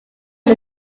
del